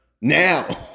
Now